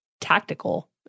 tactical